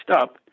up